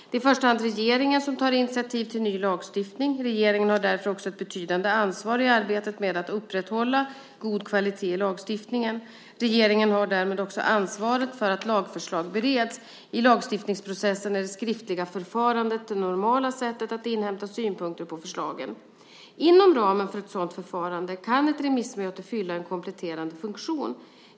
Det är i första hand regeringen som tar initiativ till ny lagstiftning. Regeringen har därför också ett betydande ansvar i arbetet med att upprätthålla en god kvalitet i lagstiftningen. Regeringen har därmed också ansvaret för att lagförslag bereds. I lagstiftningsprocessen är det skriftliga förfarandet det normala sättet att inhämta synpunkter på förslagen. Inom ramen för ett sådant förfarande kan ett remissmöte fylla en kompletterande funktion.